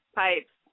pipes